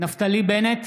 נפתלי בנט,